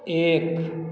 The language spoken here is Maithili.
एक